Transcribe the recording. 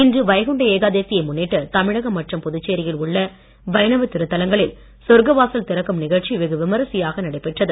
இன்று வைகுண்ட ஏகாதசியை முன்னிட்டு தமிழகம் மற்றும் புதுச்சேரியில் உள்ள வைணவ திருத்தலங்களில் சொர்க்க வாசல் திறக்கும் நிகழ்ச்சி வெகு விமரிசையாக நடைபெற்றது